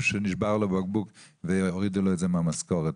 שנשבר לו בקבוק והורידו לו את המשכורת,